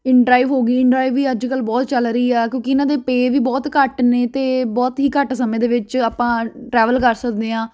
inDrive ਹੋ ਗਈ inDrive ਵੀ ਅੱਜ ਕੱਲ੍ਹ ਬਹੁਤ ਚੱਲ ਰਹੀ ਆ ਕਿਉਂਕਿ ਇਹਨਾਂ ਦੇ ਪੇਅ ਵੀ ਬਹੁਤ ਘੱਟ ਨੇ ਅਤੇ ਬਹੁਤ ਹੀ ਘੱਟ ਸਮੇਂ ਦੇ ਵਿੱਚ ਆਪਾਂ ਟਰੈਵਲ ਕਰ ਸਕਦੇ ਹਾਂ